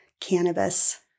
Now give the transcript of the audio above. cannabis